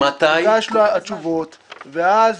ואז